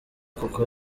kuko